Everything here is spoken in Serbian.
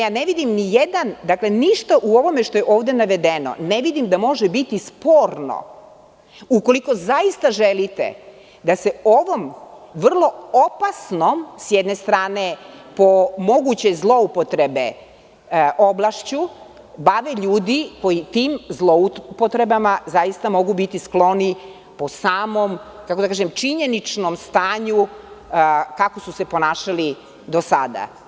Ništa u ovome što je ovde navedeno ne vidim da može biti sporno ukoliko zaista želite da se o ovom vrlo opasnom, sa jedne strane, moguće zloupotrebe, oblašću bave ljudi koji tim zloupotrebama zaista mogu biti skloni po samom činjeničnom stanju kako su se ponašali do sada.